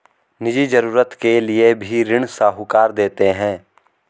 निजी जरूरत के लिए भी ऋण साहूकार देते हैं